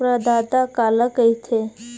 प्रदाता काला कइथे?